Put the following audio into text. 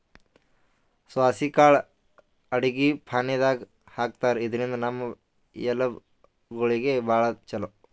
ಸಾಸ್ವಿ ಕಾಳ್ ಅಡಗಿ ಫಾಣೆದಾಗ್ ಹಾಕ್ತಾರ್, ಇದ್ರಿಂದ್ ನಮ್ ಎಲಬ್ ಗೋಳಿಗ್ ಭಾಳ್ ಛಲೋ